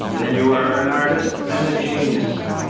then you are an artist and a genius.